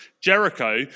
Jericho